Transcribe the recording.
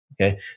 Okay